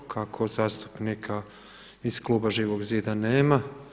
Kako zastupnika iz kluba Živog zida nema.